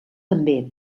també